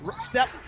step